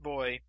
Boy